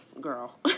Girl